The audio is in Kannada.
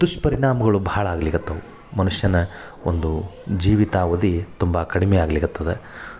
ದುಷ್ಪರಿಣಾಮಗಳು ಭಾಳ ಆಗಲಿಕತ್ತವು ಮನುಷ್ಯನ ಒಂದು ಜೀವಿತಾವಧಿ ತುಂಬ ಕಡಿಮೆ ಆಗಲಿಕತ್ತದ